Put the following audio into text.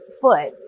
foot